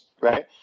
Right